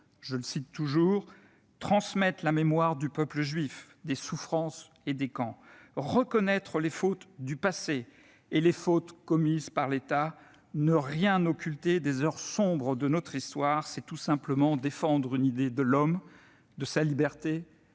Je le cite toujours :« Transmettre la mémoire du peuple juif, des souffrances et des camps. [...] Reconnaître les fautes du passé, et les fautes commises par l'État. Ne rien occulter des heures sombres de notre histoire, c'est tout simplement défendre une idée de l'homme, de sa liberté